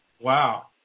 Wow